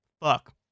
fuck